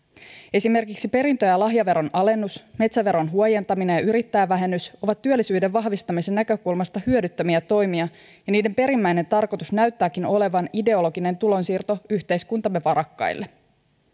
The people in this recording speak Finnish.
esimerkiksi perintö ja lahjaveron alennus metsäveron huojentaminen ja yrittäjävähennys ovat työllisyyden vahvistamisen näkökulmasta hyödyttömiä toimia ja niiden perimmäinen tarkoitus näyttääkin olevan ideologinen tulonsiirto yhteiskuntamme varakkaille